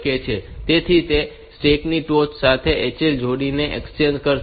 તેથી તે સ્ટેક ની ટોચ સાથે HL જોડી ને એક્સચેન્જ કરશે